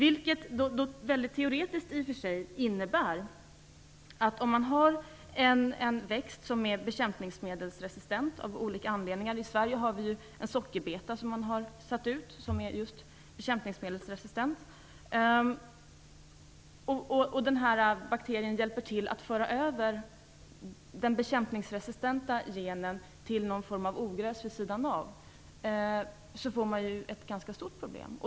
Det innebär teoretiskt att om man har en växt som av någon anledning är bekämpningsmedelsresistent - i Sverige har man t.ex. en sådan sockerbeta som man just har satt ut - och den här bakterien hjälper till att föra över den bekämpningsmedelsresistenta genen till något ogräs vid sidan om, så får man ett ganska stort problem.